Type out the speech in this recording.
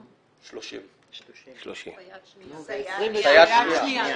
30. סייעת שנייה.